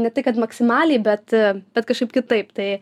ne tai kad maksimaliai bet bet kažkaip kitaip tai